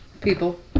People